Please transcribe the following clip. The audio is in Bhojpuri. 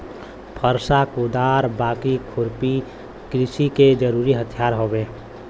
फरसा, कुदार, बाकी, खुरपी कृषि के जरुरी हथियार हउवे